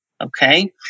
Okay